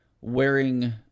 wearing